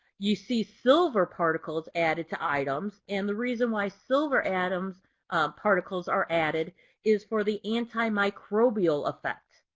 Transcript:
you see silver particles added to items, and the reason why silver atoms, um particles are added is for the antimicrobial effect.